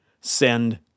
Send